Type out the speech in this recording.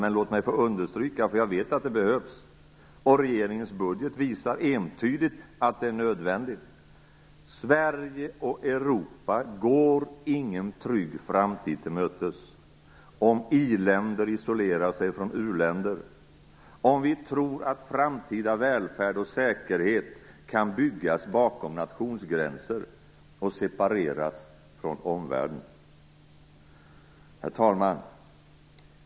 Men låt mig få understryka, för jag vet att det behövs och regeringens budget visar entydigt att det är nödvändigt, att Sverige och Europa går ingen trygg framtid till mötes, om i-länder isolerar sig från u-länder, om vi tror att framtida välfärd och säkerhet kan byggas bakom nationsgränser och separeras från omvärlden. Herr talman!